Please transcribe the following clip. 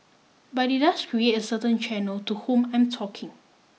but it does create a certain channel to whom I'm talking